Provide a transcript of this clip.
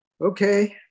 okay